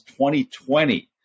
2020